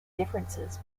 differences